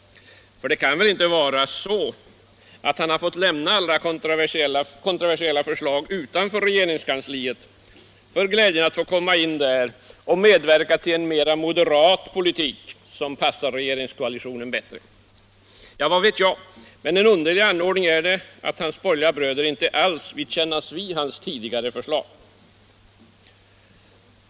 För det kan väl inte bero på att han fått lämna alla kontroversiella förslag utanför regeringskansliet för glädjen att få komma in där och medverka till en mera moderat politik som passar regeringskoalitionen bättre! Ja, vad vet jag. Men en underlig anordning är det att hans borgerliga bröder inte alls vill kännas vid hans tidigare förslag.